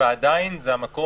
ועדיין זה המקום